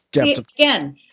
Again